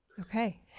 Okay